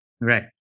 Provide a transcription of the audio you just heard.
right